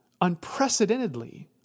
unprecedentedly